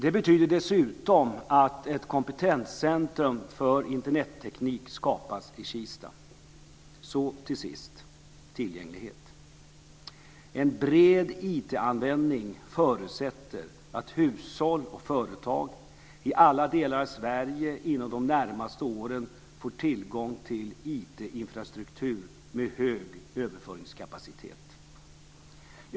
Det betyder dessutom att ett kompetenscentrum för Internetteknik skapas i Kista. Till sist kommer jag till tillgängligheten. En bred IT-användning förutsätter att hushåll och företag i alla delar av Sverige inom de närmaste åren får tillgång till IT-infrastruktur med hög överföringskapacitet.